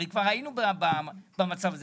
הרי כבר היינו במצב הזה.